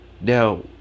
Now